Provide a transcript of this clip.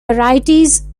varieties